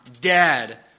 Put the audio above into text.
dead